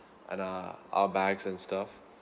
and uh our bags and stuff